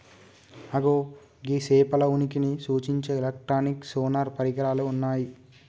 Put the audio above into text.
అగో గీ సేపల ఉనికిని సూచించే ఎలక్ట్రానిక్ సోనార్ పరికరాలు ఉన్నయ్యి